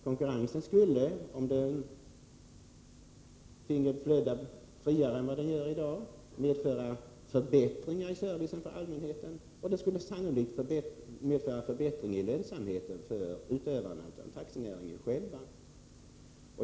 Konkurrensen skulle, om den finge flöda friare än den gör i dag, medföra förbättringar i servicen till allmänheten, och den skulle sanolikt medföra en förbättring av lönsamheten för utövarna, alltså för taxinäringen själv.